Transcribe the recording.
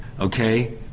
okay